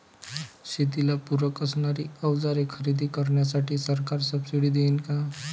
शेतीला पूरक असणारी अवजारे खरेदी करण्यासाठी सरकार सब्सिडी देईन का?